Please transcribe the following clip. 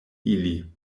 ili